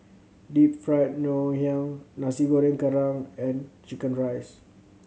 Deep Fried Ngoh Hiang Nasi Goreng Kerang and chicken rice